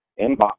inbox